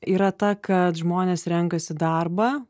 yra ta kad žmonės renkasi darbą